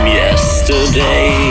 yesterday